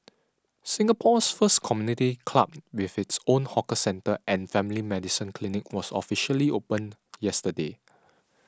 Singapore's first community club with its own hawker centre and family medicine clinic was officially opened yesterday